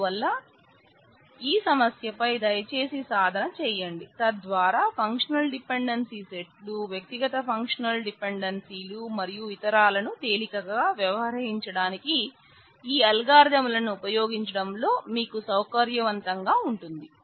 అందువల్ల ఈ సమస్య పై దయచేసి సాధన చేయండి తద్వారా ఫంక్షనల్ డిపెండెన్సీ సెట్ లు వ్యక్తిగత ఫంక్షనల్ డిపెండెన్సీలు మరియు ఇతరాలను తేలికగా వ్యవహరించడానికి ఈ అల్గారిథమ్ లను ఉపయోగించడం లో మీకు సౌకర్యవంతంగా ఉంటుంది